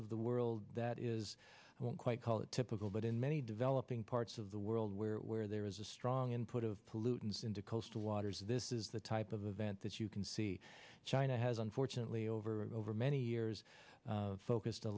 of the world that is i don't quite call it typical but in many developing parts of the world where where there is a strong input of pollutants into coastal waters this is the type of event that you can see china has unfortunately over over many years focused a